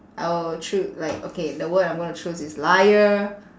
I will choo~ like okay the word I'm gonna choose is liar